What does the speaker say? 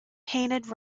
painted